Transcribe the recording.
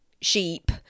sheep